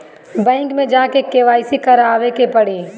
Bank मे जा के के.वाइ.सी करबाबे के पड़ी?